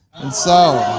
and so,